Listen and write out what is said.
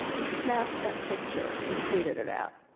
and snapped that picture and tweeted it out.